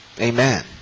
Amen